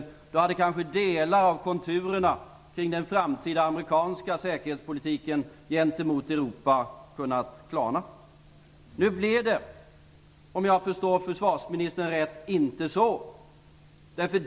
Och då hade kanske delar av konturerna kring den framtida amerikanska säkerhetspolitiken gentemot Europa kunnat klarna. Nu blev det, om jag förstår försvarsministern rätt, inte så.